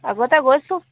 আগতে গৈছোঁ